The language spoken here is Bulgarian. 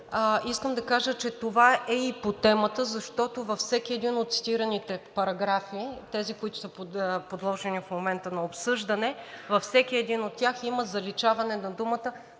Искам да кажа, че това е и по темата, защото във всеки един от цитираните параграфи – тези, които са подложени в момента на обсъждане, във всеки един от тях има заличаване на думата